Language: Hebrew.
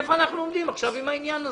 היכן אנחנו עומדים עכשיו עם העניין הזה.